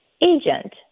agent